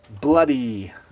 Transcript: bloody